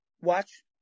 Watch